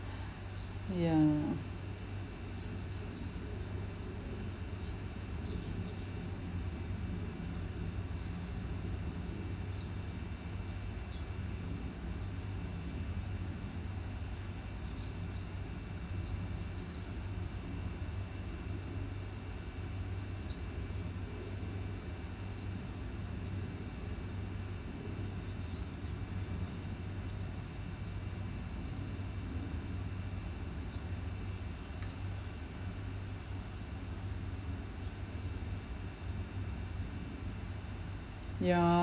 ya ya